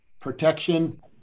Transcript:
protection